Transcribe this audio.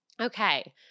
okay